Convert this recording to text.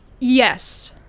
Yes